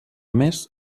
més